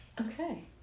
Okay